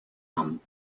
nom